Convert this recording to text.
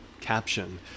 caption